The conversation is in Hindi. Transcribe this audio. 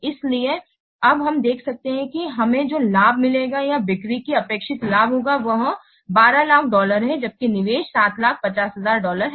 इसलिए अब हम देख सकते हैं कि हमें जो लाभ मिलेगा या बिक्री का अपेक्षित लाभ होगा वह 1200000 डॉलर है जबकि निवेश 750000 डॉलर है